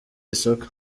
isoko